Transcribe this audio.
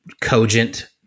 cogent